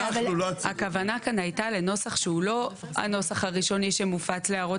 הכוונה כאן הייתה לנוסח שהוא לא הנוסח הראשוני שמופץ להערות